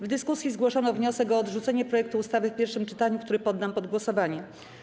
W dyskusji zgłoszono wniosek o odrzucenie projektu ustawy w pierwszym czytaniu, który poddam pod głosowanie.